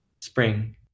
Spring